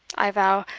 i vow,